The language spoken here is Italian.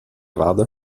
vada